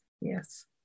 yes